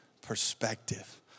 perspective